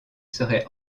seraient